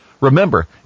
Remember